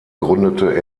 gründete